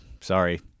sorry